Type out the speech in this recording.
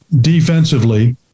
defensively